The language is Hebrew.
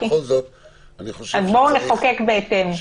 אז בואו נחוקק בהתאם.